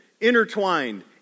intertwined